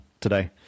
today